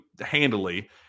handily